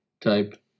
type